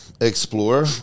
explore